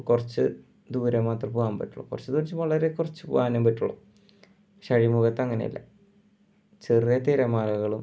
കുറച്ച് ദൂരം മാത്രമേ പോവാൻ പറ്റൂ കുറച്ച് ദൂരന്നെച്ചാ വളരെ കുറച്ച് പോവാനേ പറ്റുകയുള്ളു പക്ഷെ അഴിമുഖത്തങ്ങനെയല്ല ചെറിയ തിരമാലകളും